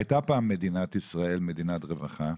הייתה פעם מדינת ישראל מדינת רווחה.